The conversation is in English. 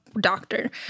doctor